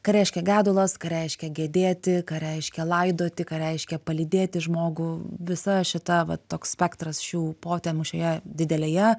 ką reiškia gedulas ką reiškia gedėti ką reiškia laidoti ką reiškia palydėti žmogų visa šita vat toks spektras šių potemių šioje didelėje